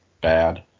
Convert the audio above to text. bad